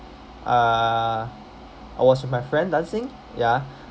uh I was with my friend dancing ya